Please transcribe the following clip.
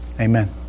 Amen